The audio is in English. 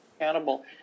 accountable